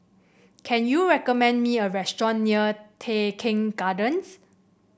can you recommend me a restaurant near Tai Keng Gardens